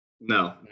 No